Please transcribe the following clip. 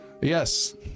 Yes